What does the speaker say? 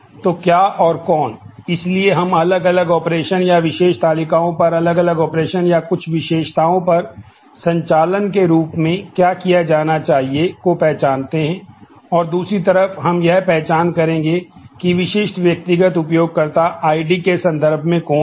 तो क्या और कौन इसलिए हम अलग अलग ऑपरेशन जो मौजूद हैं